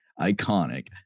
iconic